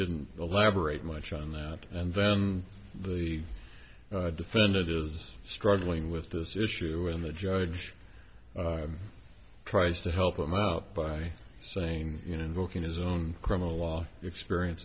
didn't elaborate much on that and then the defendant is struggling with this issue when the judge tries to help him out by saying you know invoking his own criminal law experience